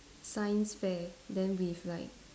science fair then with like